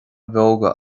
bheoga